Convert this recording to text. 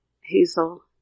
Hazel